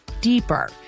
deeper